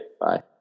Bye